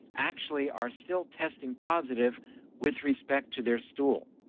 actually are still testing positive with respect to their stool.